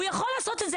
הוא יכול לעשות את זה,